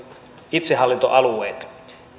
itsehallintoalueet